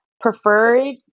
preferred